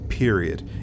period